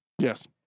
Yes